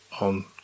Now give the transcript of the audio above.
on